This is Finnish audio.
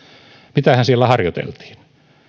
mitähän siellä harjoiteltiin